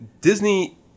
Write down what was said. Disney